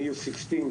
לבני 16,